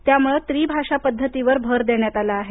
त्यामुळे त्रिभाषा पद्धतीवर भर देण्यात आला आहे